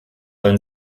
dein